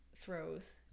throws